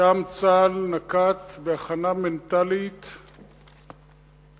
שם צה"ל נקט הכנה מנטלית לאלפי,